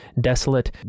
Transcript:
desolate